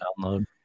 download